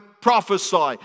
prophesy